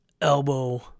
elbow